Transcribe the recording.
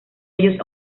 ellos